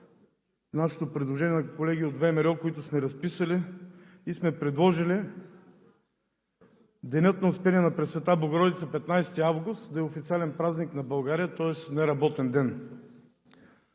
нашето предложение – на колегите от ВМРО, които сме разписали и сме предложили Денят на Успение на Пресвета Богородица – 15 август, да е официален празник на България, тоест неработен ден.